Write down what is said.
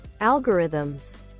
algorithms